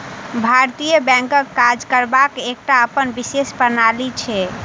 भारतीय बैंकक काज करबाक एकटा अपन विशेष प्रणाली छै